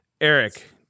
Eric